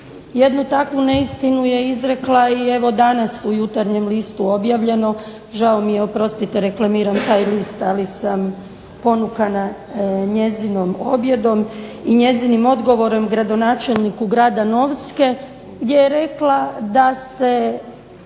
Jednu takvu neistinu je izrekla i evo danas u "Jutarnjem listu" objavljeno. Žao mi je oprostite reklamiram taj list ali sam ponukana njezinom objedom i njezinim odgovorom gradonačelniku grada Novske gdje je rekla da se